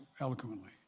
eloquently